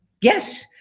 Yes